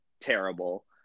terrible